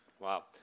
Wow